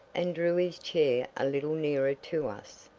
and drew his chair a little nearer to us.